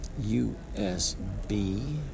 USB